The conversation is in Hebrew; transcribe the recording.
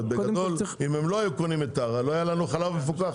בגדול אם הם לא היו קונים את טרה לא היה לנו חלב מפוקח.